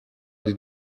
did